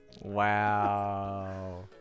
Wow